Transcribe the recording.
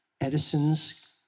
Edison's